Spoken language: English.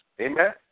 Amen